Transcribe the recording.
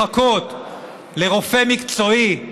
אנחנו לא מסכימים.